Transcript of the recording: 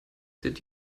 did